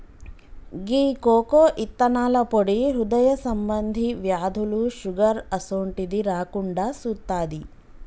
గీ cocoa ఇత్తనాల పొడి హృదయ సంబంధి వ్యాధులు, షుగర్ అసోంటిది రాకుండా సుత్తాది